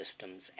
systems